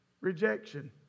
rejection